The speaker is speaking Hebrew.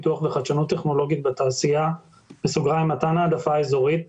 פיתוח וחדשנות טכנולוגית בתעשייה (מתן העדפה אזורית),